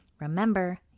Remember